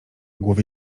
głowie